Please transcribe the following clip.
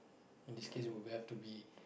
in this case would we have to be